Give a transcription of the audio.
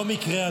לא מקרה,